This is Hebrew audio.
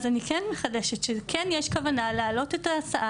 אז אני כן מחדשת שכן יש כוונה להעלות את ההצעה